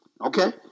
Okay